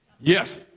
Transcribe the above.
Yes